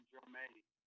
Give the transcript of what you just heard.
Jermaine